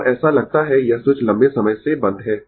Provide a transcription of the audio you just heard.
और ऐसा लगता है यह स्विच लंबे समय से बंद है